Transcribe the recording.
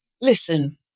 Listen